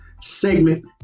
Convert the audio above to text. segment